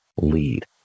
lead